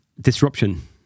disruption